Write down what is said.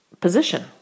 position